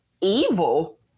evil